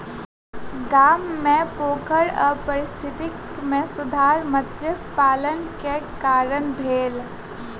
गाम मे पोखैर आ पारिस्थितिकी मे सुधार मत्स्य पालन के कारण भेल